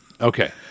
Okay